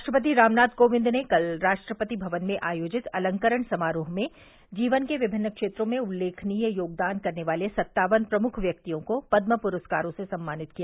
राष्ट्रपति रामनाथ कोविंद ने कल राष्ट्रपति भवन में आयोजित अलंकरण समारोह में जीवन के विभिन्न क्षेत्रों में उल्लेखनीय योगदान करने वाले सत्तावन प्रमुख व्यक्तियों को पदम पुरस्कारों से सम्मानित किया